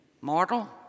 Mortal